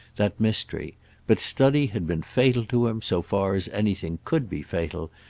that mystery but study had been fatal to him so far as anything could be fatal,